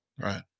Right